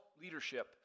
leadership